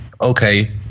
okay